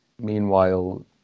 meanwhile